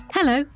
Hello